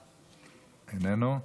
איננו,